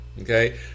Okay